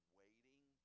waiting